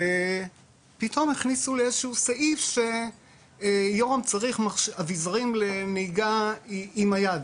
ופתאום הכניסו לי איזה שהוא סעיף שיורם צריך אביזרים לנהיגה עם היד,